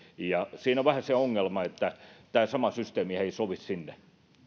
siis siinä on vähän se ongelma että tämä sama systeemihän ei sovi sinne